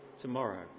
tomorrow